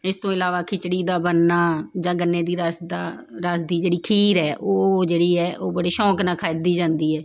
ਇਸ ਤੋਂ ਇਲਾਵਾ ਖਿਚੜੀ ਦਾ ਬਣਨਾ ਜਾਂ ਗੰਨੇ ਦੀ ਰਸ ਦਾ ਰਸ ਦੀ ਜਿਹੜੀ ਖੀਰ ਹੈ ਉਹ ਜਿਹੜੀ ਹੈ ਉਹ ਬੜੇ ਸ਼ੌਂਕ ਨਾਲ ਖਾਂਦੀ ਜਾਂਦੀ ਹੈ